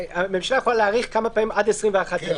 הממשלה יכולה להאריך כמה פעמים עד 21 ימים.